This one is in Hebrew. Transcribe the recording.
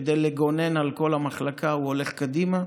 כדי לגונן על כל המחלקה הוא הולך קדימה,